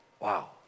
Wow